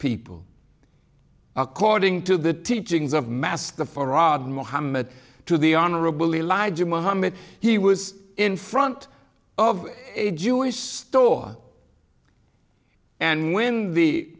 people according to the teachings of mask the for rod mohammed to the honorable elijah mohammed he was in front of a jewish store and when the